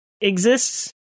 exists